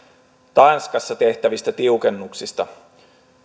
tanskassa tehtävistä tiukennuksista